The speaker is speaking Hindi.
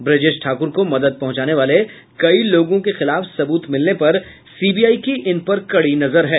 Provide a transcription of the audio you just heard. ब्रजेश ठाकुर को मदद पहुंचाने वाले कई लोगों के खिलाफ सबूत मिलने पर सीबीआई की इनपर कड़ी नजर है